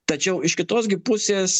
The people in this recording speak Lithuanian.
tačiau iš kitos gi pusės